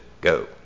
go